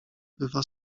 bywa